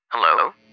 Hello